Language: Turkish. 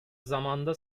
zamanda